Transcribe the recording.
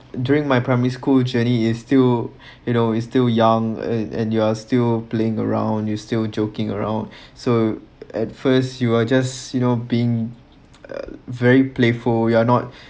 during my primary school journey is still you know is still young and and you are still playing around you still joking around so at first you are just you know being uh very playful you’re not